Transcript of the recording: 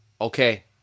okay